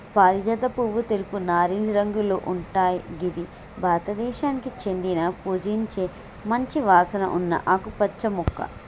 పారిజాత పువ్వు తెలుపు, నారింజ రంగులో ఉంటయ్ గిది భారతదేశానికి చెందిన పూజించే మంచి వాసన ఉన్న ఆకుపచ్చ మొక్క